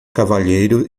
cavalheiro